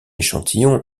échantillon